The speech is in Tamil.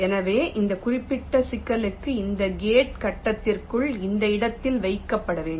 எனவே இந்த குறிப்பிட்ட சிக்கலுக்கு இந்த கேட் கட்டத்திற்குள் இந்த இடத்தில் வைக்கப்பட வேண்டும்